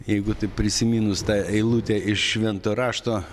jeigu taip prisiminus tą eilutę iš švento rašto